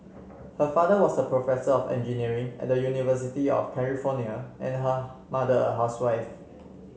her father was a professor of engineering at the University of California and her mother a housewife